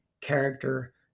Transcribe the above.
character